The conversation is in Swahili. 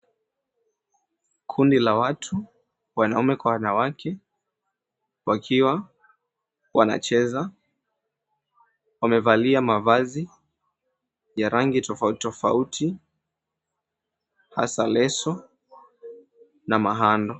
Kundi la watu, wanaume kwa wanawake wakiwa wanacheza wamevalia mavazi ya rangi tofauti tofauti hasa leso na mahando.